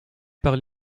par